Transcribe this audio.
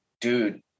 dude